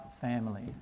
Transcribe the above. family